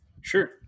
Sure